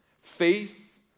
faith